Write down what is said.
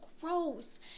gross